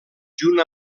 junt